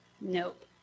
nope